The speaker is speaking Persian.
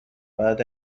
بعد